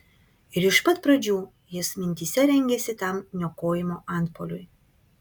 ir iš pat pradžių jis mintyse rengėsi tam niokojimo antpuoliui